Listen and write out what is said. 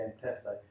fantastic